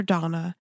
Donna